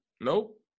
Nope